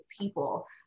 people